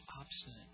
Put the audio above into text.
obstinate